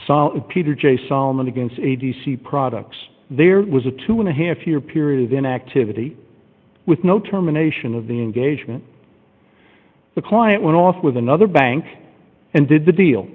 solid peter j solomon against a d c products there was a two and a half year period of inactivity with no terminations of the engagement the client went off with another bank and did the deal